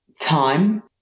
time